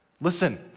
Listen